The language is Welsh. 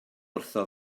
wrtho